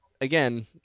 Again